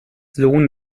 sohn